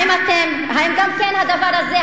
האם גם הדבר הזה,